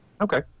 Okay